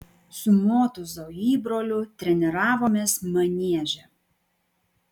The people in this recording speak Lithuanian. su motūzo įbroliu treniravomės manieže